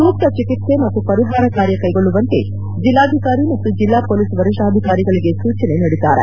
ಸೂಕ್ತ ಚಿಕಿತ್ಸೆ ಮತ್ತು ಪರಿಹಾರ ಕಾರ್ಯ ಕೈಗೊಳ್ಳುವಂತೆ ಜಿಲ್ಲಾಧಿಕಾರಿ ಮತ್ತು ಜಿಲ್ಲಾ ಪೊಲೀಸ್ ವರಿಷ್ಠಾಧಿಕಾರಿಗಳಿಗೆ ಸೂಚನೆ ನೀಡಿದ್ದಾರೆ